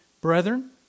Brethren